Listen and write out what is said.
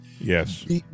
Yes